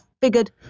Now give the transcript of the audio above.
figured